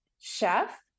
Chef